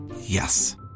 Yes